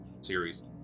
series